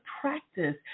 practice